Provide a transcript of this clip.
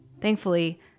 Thankfully